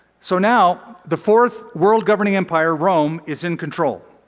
so now the fourth world governing empire, rome, is in control.